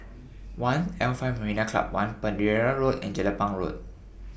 one'L five Marina Club one Pereira Road and Jelapang Road